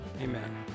Amen